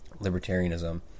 libertarianism